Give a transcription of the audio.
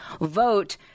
vote